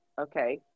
okay